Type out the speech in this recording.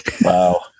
Wow